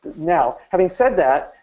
now, having said that,